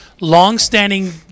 Long-standing